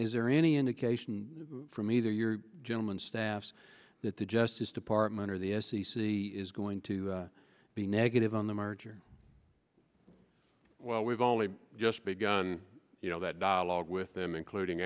is there any indication from either your gentleman staff that the justice department or the f c c is going to be negative on the merger well we've only just begun you know that dialogue with them including